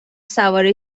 سوار